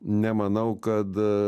nemanau kad